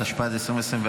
התשפ"ד 2024,